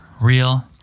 real